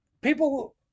people